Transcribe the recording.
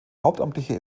hauptamtliche